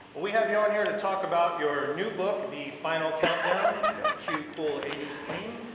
we have you on here to talk about your new book, the final countdown cue cool eighty s theme.